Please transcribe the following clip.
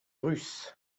russ